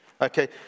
Okay